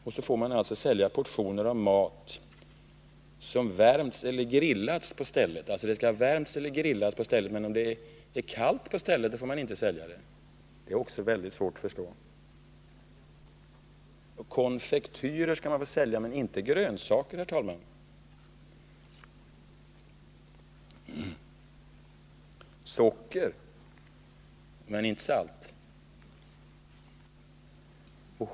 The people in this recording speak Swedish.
Och så får man sälja portioner av mat, som värmts eller grillats på stället. Den skall alltså ha värmts eller grillats på stället, men om maten är kall på stället. får man inte sälja den. Det är också väldigt svårt att förstå det. Konfektyrer skall man få sälja, men inte grönsaker, herr talman! Och socker, men inte salt.